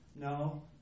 no